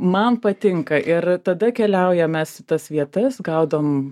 man patinka ir tada keliaujam mes į tas vietas gaudom